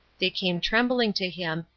they came trembling to him,